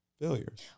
failures